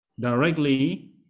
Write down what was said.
directly